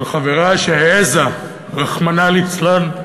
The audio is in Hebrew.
של חברה שהעזה, רחמנא ליצלן,